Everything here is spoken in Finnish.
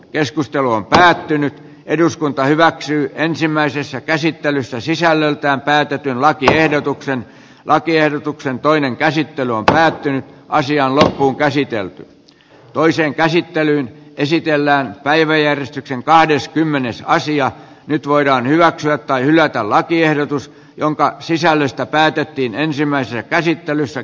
keskustelu on päättynyt eduskunta hyväksyy ensimmäisessä käsittelyssä sisällöltään käytetyn lakiehdotuksen lakiehdotuksen toinen käsittely päättyy asialla on käsitelty toiseen käsittelyyn esitellään päiväjärjestyksen kahdeskymmenes sija nyt voidaan hyväksyä tai hylätä lakiehdotus jonka sisällöstä päätettiin ensimmäisessä käsittelyssä